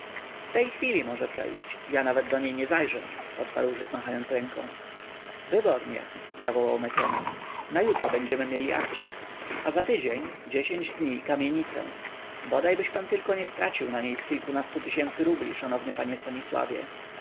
w tej chwili może przejść ja nawet do niej nie zajrzę odparł żyd machając ręką wybornie zawołał mecenas na jutro będziemy mieli akcik a za tydzień dziesięć dni kamienicę bodajbyś pan tylko nie stracił na niej z kilkunastu tysięcy rubli szanowny panie stanisławie